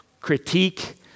critique